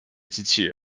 机器人